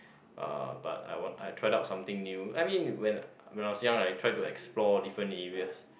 uh but I want I tried out something new I mean when when I was young I try to explore different areas